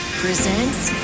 presents